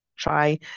try